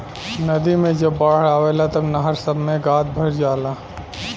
नदी मे जब बाढ़ आवेला तब नहर सभ मे गाद भर जाला